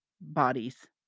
bodies